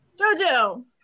Jojo